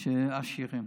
של עשירים.